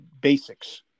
basics